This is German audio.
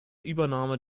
übernahme